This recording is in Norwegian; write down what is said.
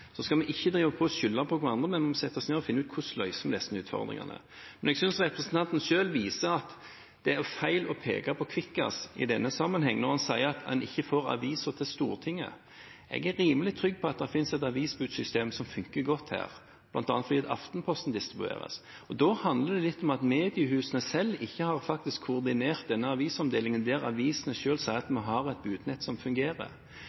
Så skal vi ikke drive og skylde på hverandre, men vi må sette oss ned og finne ut hvordan vi løser disse utfordringene. Jeg synes representanten selv viser at det er feil å peke på Kvikkas i denne sammenheng når en sier at en ikke får avisen til Stortinget. Jeg er rimelig trygg på at det fins et avisbudsystem som funker godt her, bl.a. fordi Aftenposten distribueres. Da handler det litt om at mediehusene selv faktisk ikke har koordinert denne avisomdelingen der avisene selv sier at de har et budnett som fungerer.